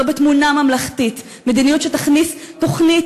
לא בתמונה ממלכתית: מדיניות שתכניס תוכנית